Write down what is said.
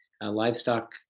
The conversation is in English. Livestock